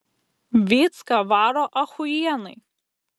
vycka varo achujienai